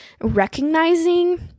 recognizing